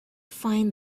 find